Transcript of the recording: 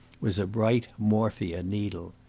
was a bright morphia needle.